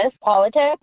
politics